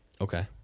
Okay